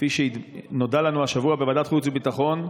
כפי שנודע לנו השבוע בוועדת החוץ והביטחון,